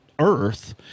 earth